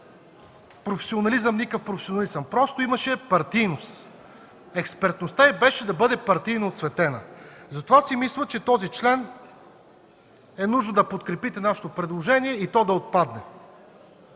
която нямаше никакъв професионализъм, просто имаше партийност. Експертността й беше бъде партийно оцветена. Затова си мисля, че е нужно да подкрепите нашето предложение чл. 3 да отпадне.